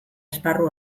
esparru